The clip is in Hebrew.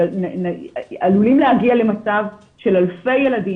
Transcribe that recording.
אנחנו עלולים להגיע למצב של אלפי ילדים